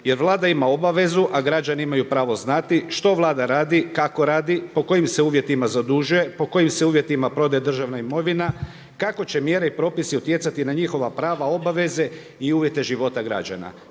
Jer Vlada ima obavezu a građani imaju pravo znati što Vlada radi, kako radi, po kojim se uvjetima zadužuje, po kojim se uvjetima prodaje državna imovina, kako će mjere i propisi utjecati na njihova prava, obaveze i uvjete života građana.